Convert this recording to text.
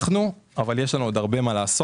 צמחנו, אבל יש לנו עוד הרבה מה לעשות.